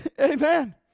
amen